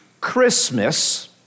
Christmas